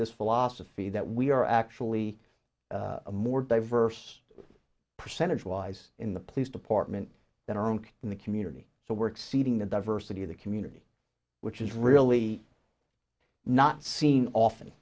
this philosophy that we are actually a more diverse percentage wise in the police department than our own in the community so work seeding the diversity of the community which is really not seen